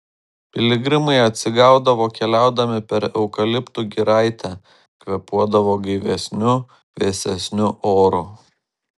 piligrimai atsigaudavo keliaudami per eukaliptų giraitę kvėpuodavo gaivesniu vėsesniu oru